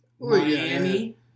Miami